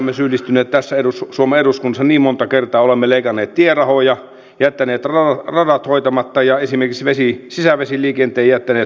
tähän olemme syyllistyneet tässä suomen eduskunnassa niin monta kertaa olemme leikanneet tierahoja jättäneet radat hoitamatta ja esimerkiksi sisävesiliikenteen jättäneet hunningolle